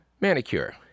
manicure